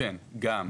גם.